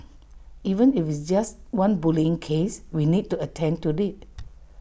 even if it's just one bullying case we need to attend to IT